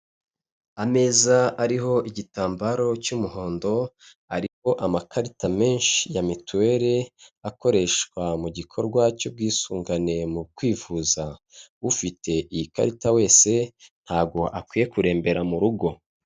Ameza ariho igitambaro cy'umuhondo ariho amakarita menshi ya mituweli, akoreshwa mu gikorwa cy'ubwisungane mu kwivuza, ufite iyi karita wese ntabwo akwiye kurembera mu rugo.